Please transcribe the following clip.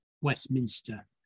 Westminster